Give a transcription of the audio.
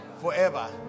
forever